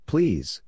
Please